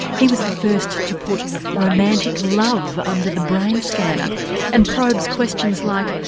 he was the first to put romantic love under the brain scanner and probes questions like,